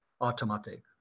automatic